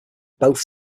both